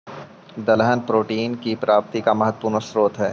दलहन प्रोटीन की प्राप्ति का महत्वपूर्ण स्रोत हई